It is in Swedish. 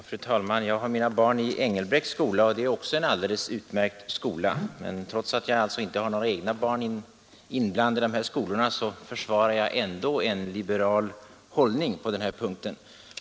Fru talman! Jag har mina barn i Engelbrekts skola, och det är också en utmärkt skola. Men trots att jag inte har några egna barn i dessa privata skolor försvarar jag en liberal hållning på den här punkten.